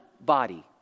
body